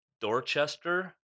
Dorchester